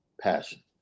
Passion